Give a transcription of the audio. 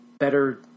Better